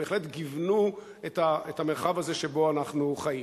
בהחלט גיוונו את המרחב הזה שבו אנחנו חיים.